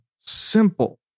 simple